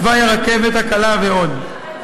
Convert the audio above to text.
תוואי הרכבת הקלה ועוד.